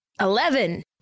Eleven